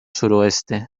suroeste